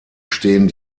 stehen